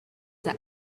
the